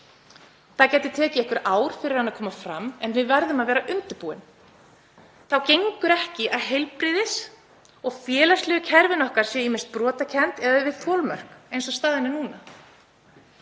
Það gæti tekið einhver ár fyrir hann að koma fram en við verðum að vera undirbúin. Þá gengur ekki að heilbrigðiskerfið og félagslega kerfið okkar séu ýmist brotakennd eða við þolmörk eins og staðan er núna.